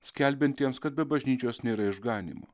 skelbiantiems kad be bažnyčios nėra išganymo